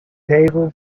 table